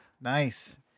nice